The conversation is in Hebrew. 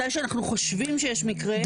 מתי שאנחנו חושבים שיש מקרה,